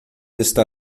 está